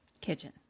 Kitchen